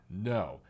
No